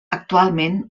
actualment